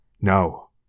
No